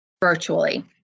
virtually